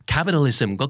Capitalism